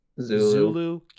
Zulu